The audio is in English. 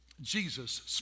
Jesus